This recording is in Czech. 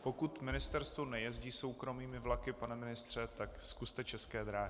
Pokud ministerstvo nejezdí soukromými vlaky, pane ministře, tak zkuste České dráhy.